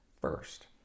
first